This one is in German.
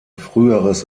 früheres